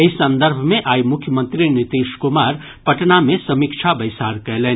एहि संदर्भ मे आइ मुख्यमंत्री नीतीश कुमार पटना मे समीक्षा बैसार कयलनि